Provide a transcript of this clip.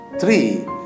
Three